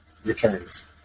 Returns